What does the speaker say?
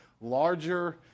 larger